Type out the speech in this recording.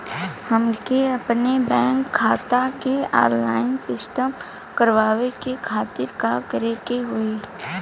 हमके अपने बैंक खाता के ऑनलाइन सिस्टम करवावे के खातिर का करे के होई?